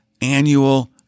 annual